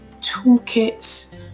toolkits